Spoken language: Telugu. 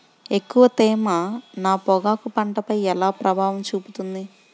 ఎక్కువ తేమ నా పొగాకు పంటపై ఎలా ప్రభావం చూపుతుంది?